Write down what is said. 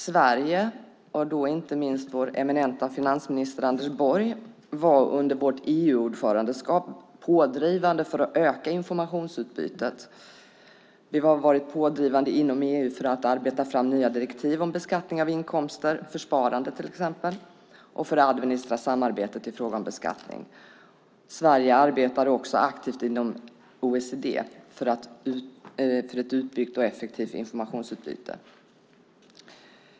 Sverige och inte minst vår eminenta finansminister Anders Borg var under vårt EU-ordförandeskap pådrivande för att öka informationsutbytet. Vi har varit pådrivande inom EU för att arbeta fram nya direktiv för beskattning av inkomster, för sparande till exempel, och för det administrativa samarbetet i fråga om beskattning. Sverige arbetar också aktivt inom OECD för ett utbyggt och effektivt informationsutbyte.